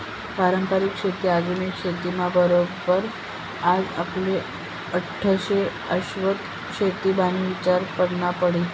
पारंपरिक शेती आधुनिक शेती ना बरोबर आज आपले बठ्ठास्ले शाश्वत शेतीनाबी ईचार करना पडी